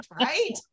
right